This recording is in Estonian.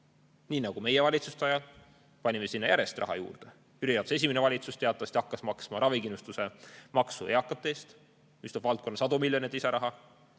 Nii nagu meie valitsuste ajal panime sinna järjest raha juurde. Jüri Ratase esimene valitsus teatavasti hakkas maksma ravikindlustuse maksu eakate eest, see tõi valdkonda sadu miljoneid lisaraha.